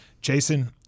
Jason